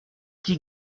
qui